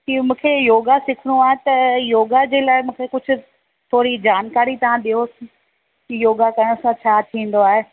कि मूंखे योगा सिखिणो आहे त योगा जे लाइ मूंखे कुझु थोरी जानकारी तव्हां ॾियोसि कि योगा करण सां छा थींदो आहे